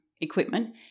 equipment